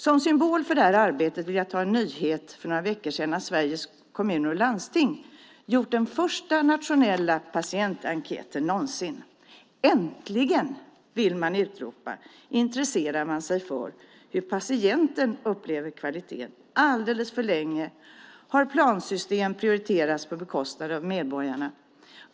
Som symbol för detta arbete vill jag ta upp en nyhet för några veckor sedan om att Sveriges Kommuner och Landsting har gjort den första nationella patientenkäten någonsin. Äntligen - vill man utropa - intresserar man sig för hur patienten upplever kvaliteten! Alldeles för länge har plansystem prioriterats på bekostnad av medborgarna.